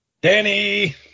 Danny